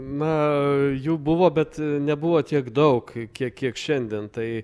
na jų buvo bet nebuvo tiek daug kiek kiek šiandien tai